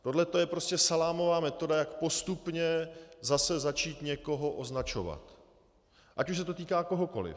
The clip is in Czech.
Tohleto je prostě salámová metoda, jak postupně zase začít někoho označovat, ať už se to týká kohokoli.